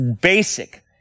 basic